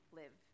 live